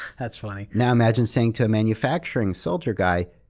that's funny. now imagine saying to a manufacturing, soldier guy,